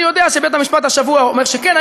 אני יודע שבית-המשפט השבוע אומר שכן,